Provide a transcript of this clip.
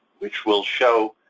which will show